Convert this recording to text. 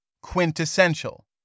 quintessential